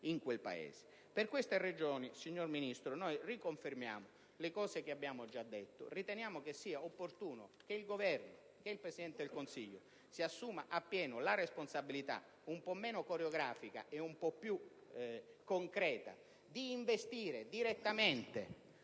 Per queste ragioni, signor Ministro, riconfermiamo le cose che abbiamo già detto e riteniamo che sia opportuno che il Governo e il Presidente del Consiglio si assumano la responsabilità, un po' meno coreografica e un po' più concreta, d'investire direttamente